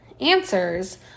answers